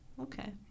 Okay